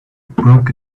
broke